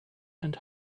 and